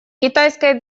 китайская